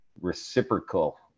reciprocal